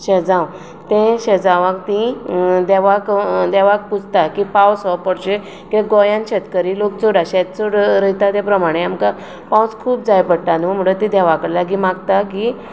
सेजांव ते सेजांवात ची देवाक पुजतात की पावस हो पडचे कित्याक गोंयांत शेतकरी लोक चड अशेंच चड रोयता ते प्रमाणें आमकां पावस खूब जाय पडटा न्हू म्हणटच ती देवा कडेन मागता की